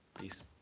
Peace